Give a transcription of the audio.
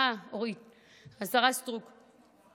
אני